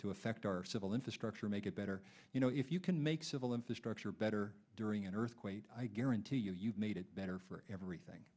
to affect our civil infrastructure make it better you know if you can make civil infrastructure better during an earthquake i guarantee you you've made it better for everything